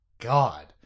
God